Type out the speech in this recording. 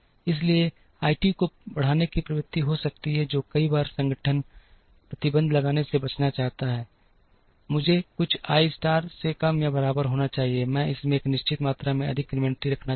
इसलिए I t को बढ़ाने की प्रवृत्ति हो सकती है जो कई बार संगठन प्रतिबंध लगाने से बचना चाहते हैं मुझे कुछ I स्टार से कम या बराबर होना चाहिए मैं इसमें एक निश्चित मात्रा से अधिक इन्वेंट्री नहीं रखना चाहता